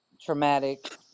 Traumatic